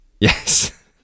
Yes